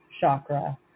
chakra